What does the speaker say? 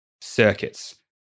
circuits